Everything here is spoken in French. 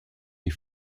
des